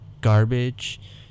garbage